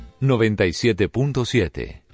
97.7